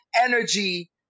energy